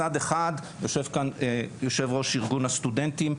מצד אחד יושב בה יושב ראש איגוד הסטודנטים,